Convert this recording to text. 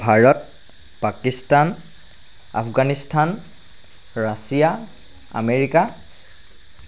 Bharat Pakistan Afghanistan Russia America